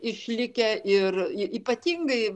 išlikę ir y ypatingai